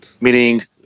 meaning